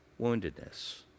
woundedness